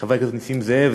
חבר הכנסת נסים זאב.